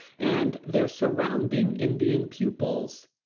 and their surrounding indian pupils,